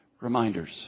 reminders